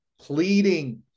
pleading